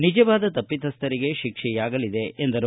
ನಿಜವಾದ ತಪ್ಪಿತಸ್ಟರಿಗೆ ಶಿಕ್ಷೆ ಆಗಲಿದೆ ಎಂದರು